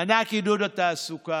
מענק עידוד התעסוקה,